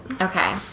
Okay